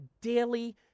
daily